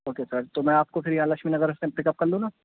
okay sir تو میں آپ کو پھر یہاں لکشمی نگر سے پک اپ کر لوں نا